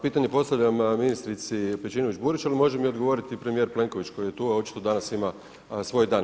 Pitanje postavljam ministrici Pejčinović-Burić ali može mi odgovoriti i premijer Plenković, koji je tu a očito danas ima svoj dan.